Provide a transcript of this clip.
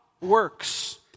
works